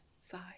side